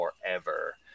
forever